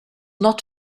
not